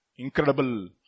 Incredible